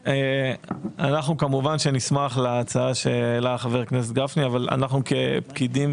אנו כמובן נשמח להצעה שהעלה חבר הכנסת גפני אבל אנו כפקידים